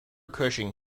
cushing